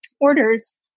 orders